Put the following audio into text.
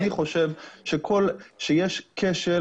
אני חושב שיש כשל